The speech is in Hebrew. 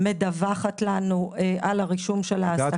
מדווחת לנו על הרישום של ההעסקה.